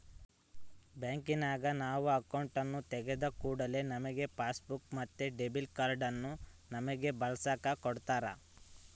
ಬ್ಯಾಂಕಿನಗ ನಾವು ಅಕೌಂಟು ತೆಗಿದ ಕೂಡ್ಲೆ ನಮ್ಗೆ ಪಾಸ್ಬುಕ್ ಮತ್ತೆ ಡೆಬಿಟ್ ಕಾರ್ಡನ್ನ ನಮ್ಮಗೆ ಬಳಸಕ ಕೊಡತ್ತಾರ